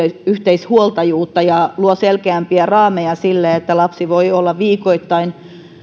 yhteishuoltajuutta ja luo selkeämpiä raameja sille että lapsi voi olla viikoittain